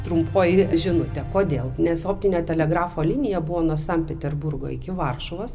trumpoji žinutė kodėl nes optinio telegrafo linija buvo nuo sankt peterburgo iki varšuvos